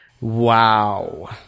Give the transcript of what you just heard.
Wow